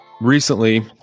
recently